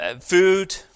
food